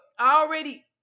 already